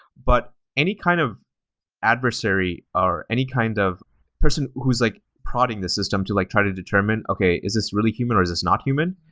but any kind of adversary, or any kind of person who's like prodding the system to like try to determine, okay. is this really human, or is this not human?